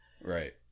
Right